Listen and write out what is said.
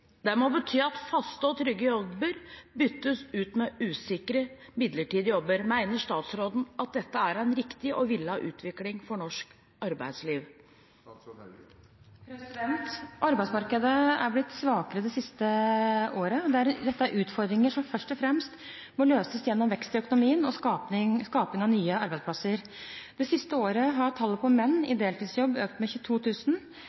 må bety at faste og trygge jobber byttes ut med usikre og midlertidige jobber. Mener statsråden at dette er en riktig og villet utvikling for norsk arbeidsliv?» Arbeidsmarkedet er blitt svakere det siste året. Dette er utfordringer som først og fremst må løses gjennom vekst i økonomien og skaping av nye arbeidsplasser. Det siste året har tallet på menn i